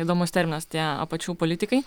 įdomus terminas tie apačių politikai